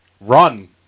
Run